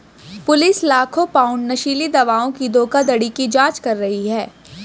police लाखों pound नशीली दवाओं की धोखाधड़ी की जांच कर रही है